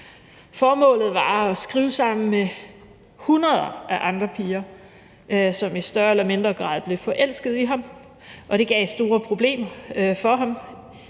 Formålet var at skrive sammen med hundreder af andre piger, som i større eller mindre grad blev forelsket i ham, og det gav store problemer for ham,